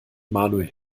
manuel